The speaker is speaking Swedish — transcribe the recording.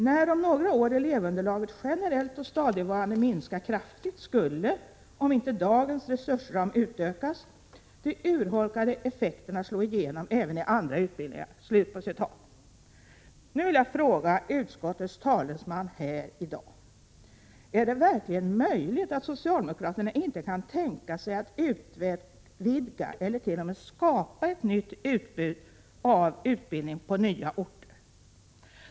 När om några år elevunderlaget generellt och stadigvarande minskar kraftigt, skulle — om inte dagens resursram utökas — de urholkande effekterna slå igenom även i andra utbildningar.” Jag vill fråga utskottets talesman här i dag: Är det verkligen möjligt att socialdemokraterna inte kan tänka sig att utvidga eller t.o.m. skapa ett nytt utbud av utbildning på nya orter?